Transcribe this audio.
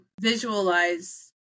visualize